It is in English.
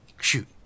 Shoot